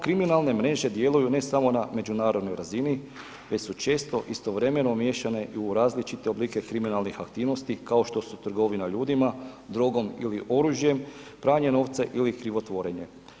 Kriminalne mreže djeluju ne samo na međunarodnoj razini već su često istovremeno miješane i u različite oblike kriminalnih aktivnosti kao što su trgovina ljudima, drogom ili oružjem, pranje novaca ili krivotvorenje.